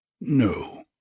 No